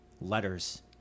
letters